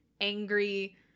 angry